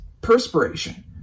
perspiration